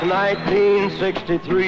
1963